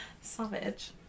Savage